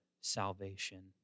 salvation